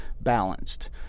balanced